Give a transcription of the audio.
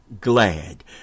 glad